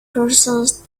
pursuit